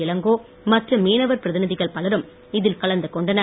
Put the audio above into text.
இளங்கோ மற்றும் மீனவ பிரதிநிதிகள் பலரும் இதில் கலந்து கொண்டனர்